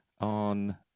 On